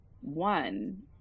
one